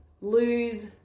lose